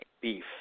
beef